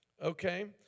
Okay